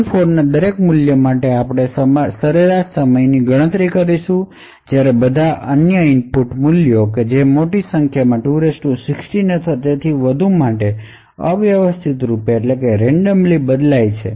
P4 ના દરેક મૂલ્ય માટે આપણે સરેરાશ સમયની ગણતરી કરીશું જ્યારે બધા અન્ય ઇનપુટ મૂલ્યો જે મોટી સંખ્યામાં 2 16 અથવા તેથી વધુ માટે અવ્યવસ્થિત રૂપે બદલાય છે